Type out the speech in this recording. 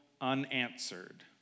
unanswered